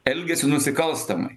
elgiasi nusikalstamai